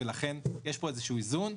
ולכן יש פה איזשהו איזון.